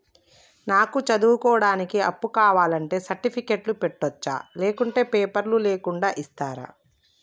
నాకు చదువుకోవడానికి అప్పు కావాలంటే సర్టిఫికెట్లు పెట్టొచ్చా లేకుంటే పేపర్లు లేకుండా ఇస్తరా?